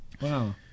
Wow